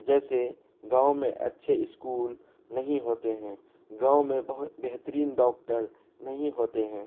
جیسے گاؤں میں اچھے اسکول نہیں ہوتے ہیں گاؤں میں بہت بہترین ڈاکٹر نہیں ہوتے ہیں